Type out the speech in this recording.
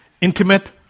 intimate